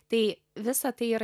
tai visa tai yra